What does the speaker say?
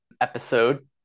episode